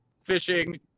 fishing